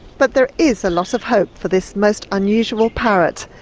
but there is a lot of hope for this most unusual parrot,